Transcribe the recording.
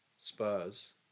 Spurs